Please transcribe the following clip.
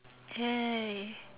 !yay!